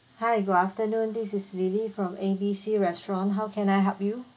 hi good afternoon this is lily from A B C restaurant how can I help you